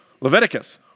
Leviticus